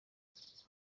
safi